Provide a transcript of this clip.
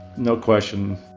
no question